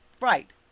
Right